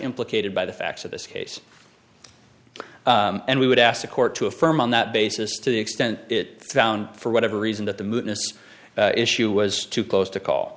implicated by the facts of this case and we would ask the court to affirm on that basis to the extent it found for whatever reason that the movement issue was too close to call